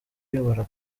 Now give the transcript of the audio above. uyobora